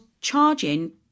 charging